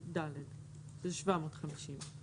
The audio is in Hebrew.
לדרגה ד' שזה 750 שקלים.